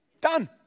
Done